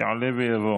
יעלה ויבוא.